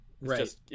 Right